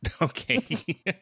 Okay